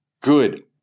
good